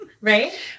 Right